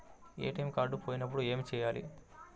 ATM card పోయినప్పుడు ఏమి చేయాలి?